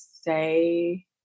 say